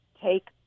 take